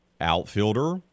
outfielder